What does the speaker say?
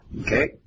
Okay